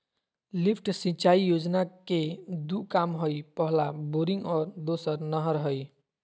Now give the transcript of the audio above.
lift सिंचाई योजना के दू काम हइ पहला बोरिंग और दोसर नहर हइ